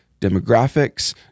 demographics